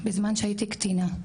בזמן שהייתי קטינה,